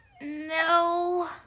no